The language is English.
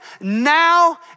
now